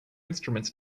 instruments